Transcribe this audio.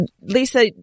Lisa